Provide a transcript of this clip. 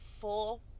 full